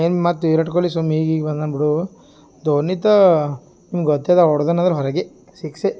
ಏನು ಮತ್ತು ವಿರಾಟ್ ಕೊಹ್ಲಿ ಸುಮ್ಮಿ ಈಗೀಗ ಬಂದಾನ್ ಬಿಡೂ ಧೋನಿತ ಗೊತ್ತಿದ್ದ ಹೊಡ್ದಾನೆ ಅಂದ್ರೆ ಹೊರಗೆ ಸಿಕ್ಸೇ